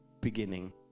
beginning